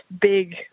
big